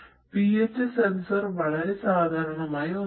pH sensor വളരെ സാധാരണമായ ഒന്നാണ്